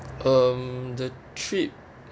um the trip